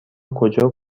کجا